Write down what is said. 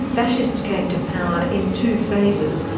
fascists came to power in two phases,